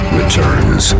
returns